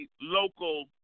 local